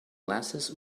glasses